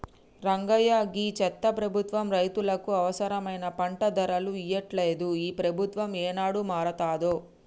రంగయ్య గీ చెత్త ప్రభుత్వం రైతులకు అవసరమైన పంట ధరలు ఇయ్యట్లలేదు, ఈ ప్రభుత్వం ఏనాడు మారతాదో